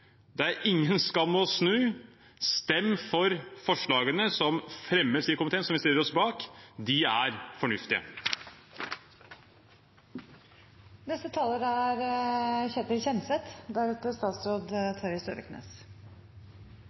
Det er ingen skam å snu. Stem for mindretallsforslagene som fremmes i komiteen. Dem stiller vi oss bak – de er fornuftige. Det er